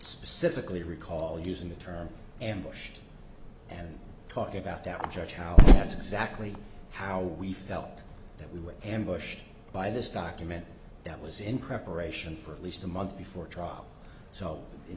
specifically recall using the term ambush and talking about that judge how that's exactly how we felt that we were ambushed by this document that was in preparation for at least a month before trial so in